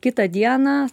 kitą dieną